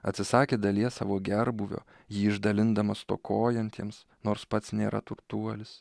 atsisakė dalies savo gerbūvio jį išdalindamas stokojantiems nors pats nėra turtuolis